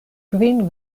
kvin